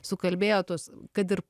sukalbėjo tos kad ir